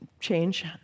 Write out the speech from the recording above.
change